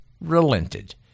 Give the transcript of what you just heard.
relented